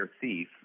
thief